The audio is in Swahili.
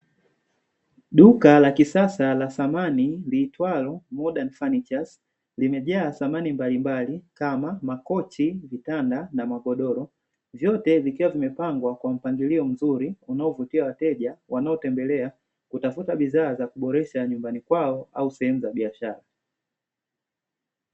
Duka la kisasa la samani liitwalo "modern furnitures" limejaa samani mbalimbali kama makochi, vitanda na magodoro vyote vikiwa vimepangwa kwa mpangilio mzuri unaovutia wateja; wanaotembelea kutafuta bidhaa za kuboresha nyumbani kwao au sehemu za biashara.